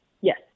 Yes